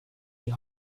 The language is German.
die